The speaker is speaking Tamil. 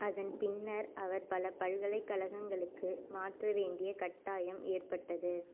அதன் பின்னர் அவர் பல பல்கலைக்கழகங்களுக்கு மாற்ற வேண்டிய கட்டாயம் ஏற்பட்டது